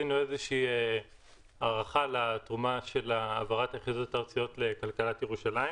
עשינו איזו שהיא הערכה לתרומה של העברת היחידות הארציות לכלכלת ירושלים.